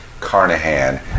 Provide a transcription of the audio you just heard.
Carnahan